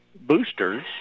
boosters